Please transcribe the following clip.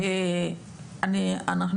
אנחנו גם